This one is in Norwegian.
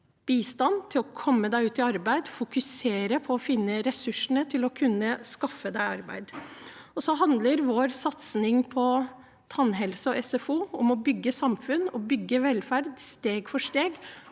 bistand til å komme seg ut i arbeid og fokusere på å finne ressursene til å kunne skaffe seg arbeid. Vår satsing på tannhelse og SFO handler om å bygge samfunn og velferd steg for steg.